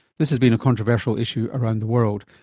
this has been a controversial issue around the world.